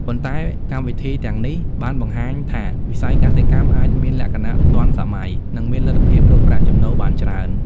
ប៉ុន្តែកម្មវិធីទាំងនេះបានបង្ហាញថាវិស័យកសិកម្មអាចមានលក្ខណៈទាន់សម័យ និងមានលទ្ធភាពរកប្រាក់ចំណូលបានច្រើន។